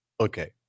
Okay